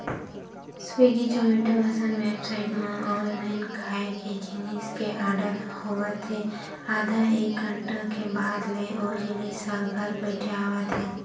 Swiggy, Zomato असन website म online खाए के जिनिस के आरडर होत हे आधा एक घंटा के बाद ले ओ जिनिस ह घर बइठे आवत हे